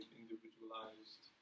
individualized